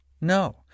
No